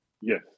Yes